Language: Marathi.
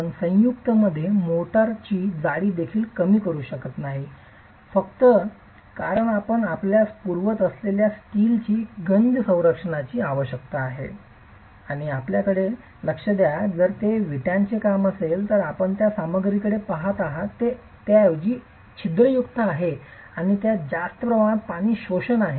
आपण संयुक्त मध्ये मोर्टारची जाडी देखील कमी करू शकत नाही फक्त कारण आपण आपल्यास पुरवत असलेल्या स्टील साठी गंज संरक्षणाची आवश्यकता आहे आणि आपल्याकडे लक्ष द्या जर ते विटांचे काम असेल तर आपण त्या सामग्रीकडे पहात आहात जे ऐवजी छिद्रयुक्त आहे आणि ज्यात जास्त प्रमाणात पाणी शोषण आहे